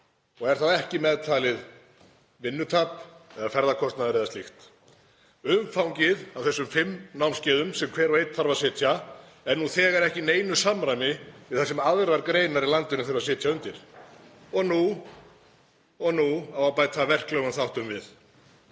og er þá ekki meðtalið vinnutap, ferðakostnaður eða slíkt. Umfangið á þessum fimm námskeiðum sem hver og einn þarf að sitja er nú þegar ekki í neinu samræmi við það sem aðrar greinar í landinu þurfa að sitja undir. Og nú á að bæta verklegum þáttum við,